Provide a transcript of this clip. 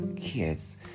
kids